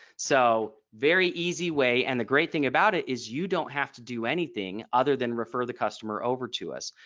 so very easy way. and the great thing about it is you don't have to do anything other than refer the customer over to us.